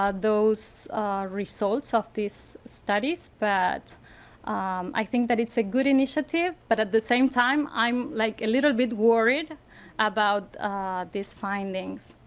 ah those results of these studies. but i think that it's a good initiative, but at the same time i'm like a little bit worried about these findings.